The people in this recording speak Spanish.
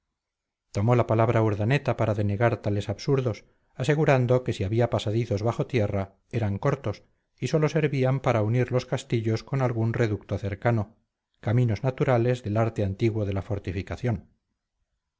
tomó la palabra urdaneta para denegar tales absurdos asegurando que si había pasadizos bajo tierra eran cortos y sólo servían para unir los castillos con algún reducto cercano caminos naturales del arte antiguo de la fortificación